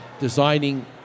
designing